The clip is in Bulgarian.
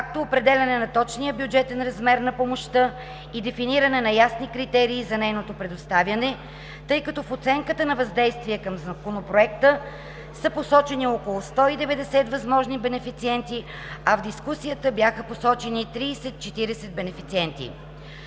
както определяне на точния бюджетен размер на помощта и дефиниране на ясни критерии за нейното предоставяне, тъй като в Оценката на въздействие към Законопроекта са посочени около 190 възможни бенефициенти, а в дискусията бяха посочени 30 – 40 бенефициенти.